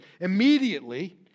immediately